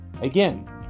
Again